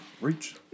Reach